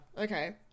Okay